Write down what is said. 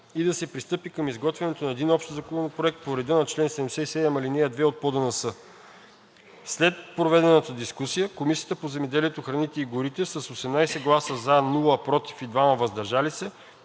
и да се пристъпи към изготвянето на един общ Законопроект по реда на чл. 77, ал. 2 от ПОДНС. След проведената дискусия Комисията по земеделието, храните и горите с 18 гласа „за“, без „против“ и 2 „въздържал се“